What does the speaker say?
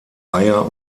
eier